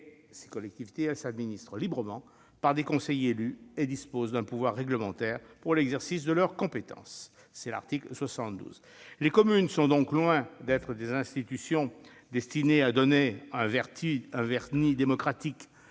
et elles « s'administrent librement par des conseils élus et disposent d'un pouvoir réglementaire pour l'exercice de leurs compétences »- c'est l'article 72. Les communes sont donc loin d'être des institutions destinées à donner un vernis démocratique